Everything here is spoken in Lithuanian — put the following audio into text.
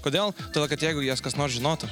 kodėl todėl kad jeigu jas kas nors žinotų